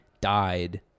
died